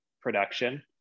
production